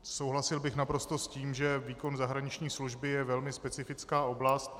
Souhlasil bych naprosto s tím, že výkon zahraniční služby je velmi specifická oblast.